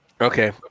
Okay